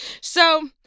So-